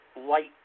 light